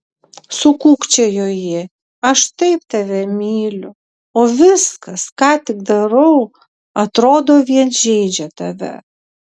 sukūkčiojo ji aš taip tave myliu o viskas ką tik darau atrodo vien žeidžia tave